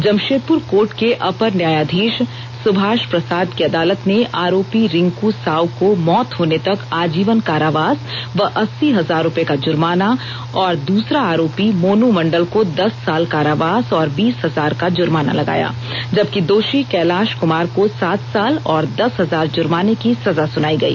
Jamshedpur court के अपर न्यायाधीश सुभाष प्रसाद की अदालत ने आरोपी रिंकू साव को मौत होने तक आजीवन कारावास व अस्सी हजार रुपये का जुर्माना और दूसरा आरोपी मोनू मंडल को दस साल कारावास और बीस हजार का जुर्माना लगाया जबकि दोषी कैलाश कुमार को सात साल और दस हजार जुर्माने की सजा सुनाई गई